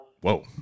Whoa